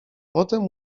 potem